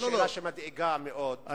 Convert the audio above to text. יש שאלה שמדאיגה מאוד,